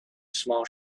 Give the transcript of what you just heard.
small